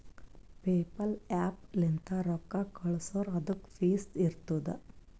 PayPal app ಲಿಂತ್ ರೊಕ್ಕಾ ಕಳ್ಸುರ್ ಅದುಕ್ಕ ಫೀಸ್ ಇರ್ತುದ್